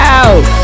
out